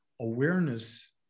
Awareness